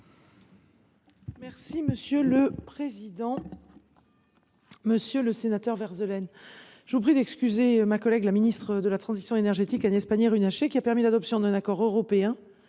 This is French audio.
Mme la ministre déléguée. Monsieur le sénateur Verzelen, je vous prie d’excuser ma collègue ministre de la transition énergétique, Agnès Pannier Runacher, qui a permis l’adoption d’un accord européen